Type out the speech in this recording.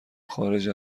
خارج